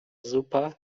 zupa